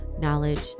knowledge